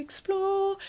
Explore